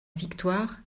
victoire